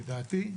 לדעתי,